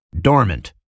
dormant